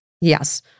Yes